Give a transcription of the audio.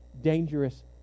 dangerous